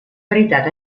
veritat